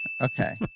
Okay